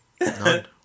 None